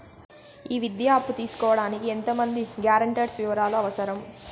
ఈ విద్యా అప్పు తీసుకోడానికి ఎంత మంది గ్యారంటర్స్ వివరాలు అవసరం?